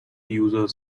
user